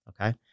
okay